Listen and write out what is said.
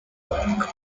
work